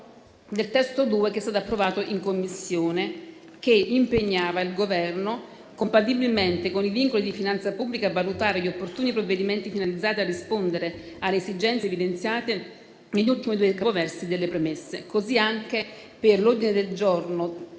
(testo 2), approvato in Commissione, che impegnava il Governo, compatibilmente con i vincoli di finanza pubblica, a valutare gli opportuni provvedimenti finalizzati a rispondere alle esigenze evidenziate nelle premesse. Così anche per l'ordine del giorno